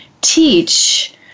teach